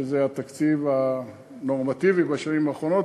שזה התקציב הנורמטיבי בשנים האחרונות,